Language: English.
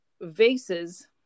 vases